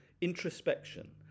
introspection